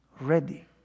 ready